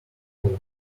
cold